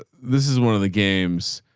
this is one of the games.